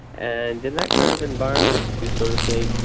and in that kind of environment, you sort of say,